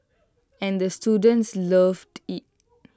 and the students loved IT